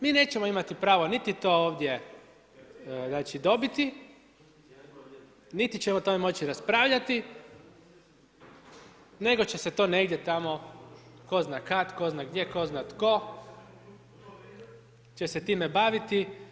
Mi nećemo imati pravo ini to ovdje znači, dobiti, niti ćemo o tome moći raspravljati, nego će se to negdje tamo, tko zna kad, tko zna gdje, tko zna tko će se time baviti.